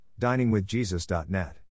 diningwithjesus.net